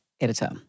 editor